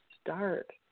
start